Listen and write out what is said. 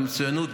המצוינות,